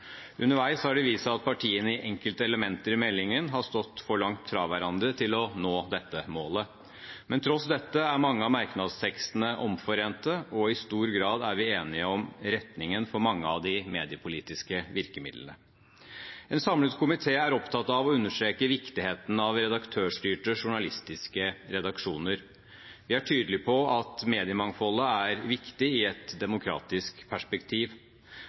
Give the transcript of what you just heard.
Underveis har det vist seg at partiene i enkelte elementer i meldingen har stått for langt fra hverandre til å nå dette målet. Men tross dette er mange av merknadstekstene omforente, og i stor grad er vi enige om retningen for mange av de mediepolitiske virkemidlene. En samlet komité er opptatt av å understreke viktigheten av redaktørstyrte journalistiske redaksjoner. Vi er tydelige på at mediemangfoldet er viktig i et demokratisk perspektiv,